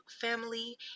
family